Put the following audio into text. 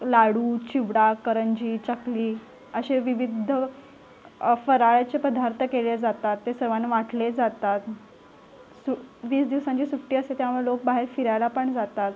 लाडू चिवडा करंजी चकली असे विविध फराळाचे पदार्थ केले जातात ते सर्वांना वाटले जातात सु वीस दिवसांची सुट्टी असते त्यामुळं लोक बाहेर फिरायला पण जातात